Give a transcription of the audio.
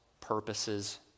purposes